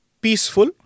peaceful